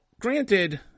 granted